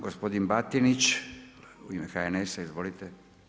Gospodin Batinić u ime HNS-a izvolite.